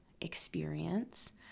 experience